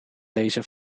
lezen